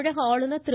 தமிழக ஆளுநர் திரு